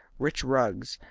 rich rugs,